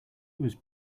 was